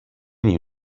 knew